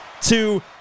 two